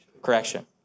Correction